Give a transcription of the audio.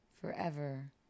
forever